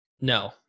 No